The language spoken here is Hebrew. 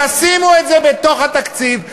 תשימו את זה בתוך התקציב,